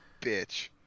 bitch